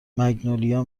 مگنولیا